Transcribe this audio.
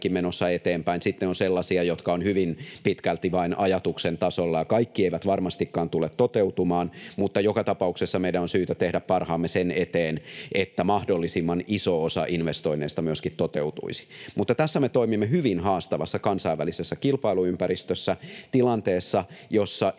menossa eteenpäin. Sitten on sellaisia, jotka ovat hyvin pitkälti vain ajatuksen tasolla. Kaikki eivät varmastikaan tule toteutumaan, mutta joka tapauksessa meidän on syytä tehdä parhaamme sen eteen, että mahdollisimman iso osa investoinneista myöskin toteutuisi. Mutta tässä me toimimme hyvin haastavassa kansainvälisessä kilpailuympäristössä, tilanteessa, jossa isot